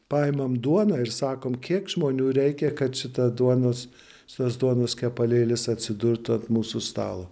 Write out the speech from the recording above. paimam duoną ir sakom kiek žmonių reikia kad šita duonos šitas duonos kepalėlis atsidurtų ant mūsų stalo